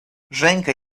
женька